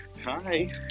hi